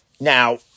now